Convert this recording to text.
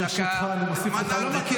השר, ברשותך, אני מוסיף לך עוד דקה.